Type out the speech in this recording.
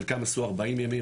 חלקם עשו 40 ימים,